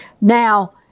Now